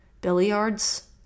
Billiards